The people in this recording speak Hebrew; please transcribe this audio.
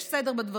יש סדר בדברים,